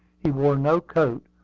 he wore no coat,